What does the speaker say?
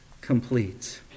complete